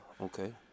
Okay